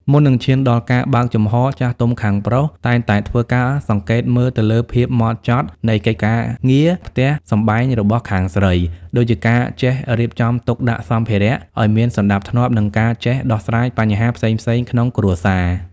មុននឹងឈានដល់ការបើកចំហ ចាស់ទុំខាងប្រុសតែងតែធ្វើការសង្កេតមើលទៅលើភាពហ្មត់ចត់នៃកិច្ចការងារផ្ទះសម្បែងរបស់ខាងស្រី ដូចជាការចេះរៀបចំទុកដាក់សម្ភារៈឱ្យមានសណ្តាប់ធ្នាប់ និងការចេះដោះស្រាយបញ្ហាផ្សេងៗក្នុងគ្រួសារ។